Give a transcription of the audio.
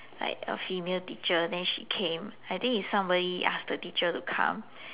like a female teacher then she came I think is somebody ask the teacher to come